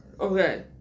Okay